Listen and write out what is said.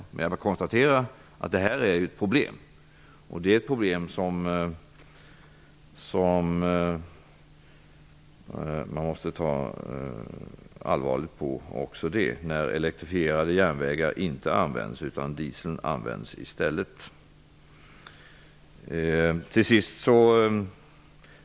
Jag konstaterar att det är ett problem, som man måste se allvarligt på, när diesellok används i stället för elektrifierade tåg.